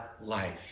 life